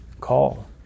call